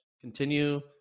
continue